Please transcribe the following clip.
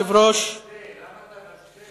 למה אתה משווה?